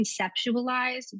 conceptualize